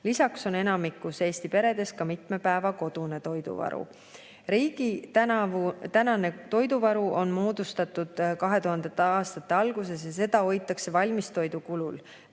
Lisaks on enamikus Eesti peredes mitme päeva kodune toiduvaru. Riigi toiduvaru on moodustatud 2000. aastate alguses ja seda hoitakse valmistoidu kujul